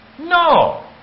No